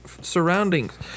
surroundings